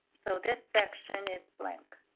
so this section is blank.